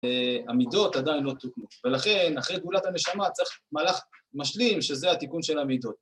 המידות עדיין לא תוקנו, ולכן אחרי גולת הנשמה צריך מהלך משלים שזה התיקון של המידות